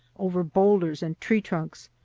over boulders and tree trunks,